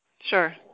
Sure